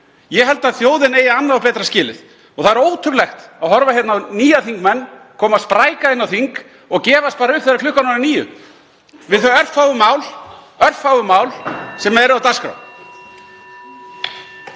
Ég held að þjóðin eigi annað og betra skilið. Það er ótrúlegt að horfa upp á nýja þingmenn koma spræka inn á þing og gefast bara upp þegar klukkan er orðin níu við þau örfáu mál sem eru á dagskrá.